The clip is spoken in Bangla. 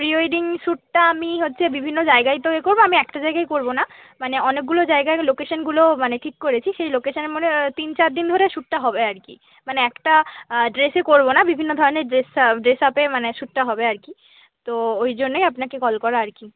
প্রি ওয়েডিং শ্যুটটা আমি হচ্ছে বিভিন্ন জায়গায় তো ইয়ে করব আমি একটা জায়গায় করব না মানে অনেকগুলো জায়গায় লোকেশানগুলো মানে ঠিক করেছি সেই লোকেশানে মানে তিন চার দিন ধরে শ্যুটটা হবে আর কি মানে একটা ড্রেসে করব না বিভিন্ন ধরনের ড্রেস ড্রেস আপে মানে শ্যুটটা হবে আর কি তো ওই জন্যই আপনাকে কল করা আর কি